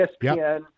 ESPN